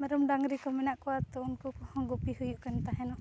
ᱢᱮᱨᱚᱢ ᱰᱟᱹᱝᱨᱤᱠᱚ ᱢᱮᱱᱟᱜ ᱠᱚᱣᱟ ᱛᱚ ᱩᱱᱠᱩᱠᱚᱦᱚᱸ ᱜᱩᱯᱤ ᱦᱩᱭᱩᱜ ᱠᱟᱱ ᱛᱟᱦᱮᱱᱚᱜ